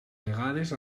vegades